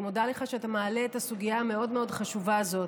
אני מודה לך שאתה מעלה את הסוגיה המאוד-מאוד חשובה הזאת.